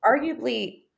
arguably